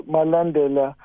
Malandela